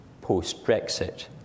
post-Brexit